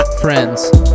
Friends